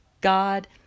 God